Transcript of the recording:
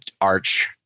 Arch